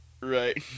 right